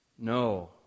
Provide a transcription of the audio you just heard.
No